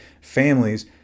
families